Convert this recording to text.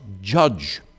judge